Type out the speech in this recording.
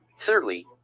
Thirdly